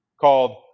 called